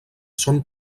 són